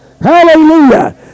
Hallelujah